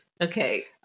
Okay